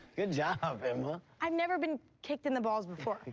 good job, emma. i've never been kicked in the balls before,